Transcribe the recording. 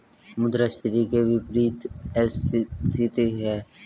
मुद्रास्फीति के विपरीत अपस्फीति है